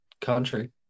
country